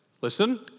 listen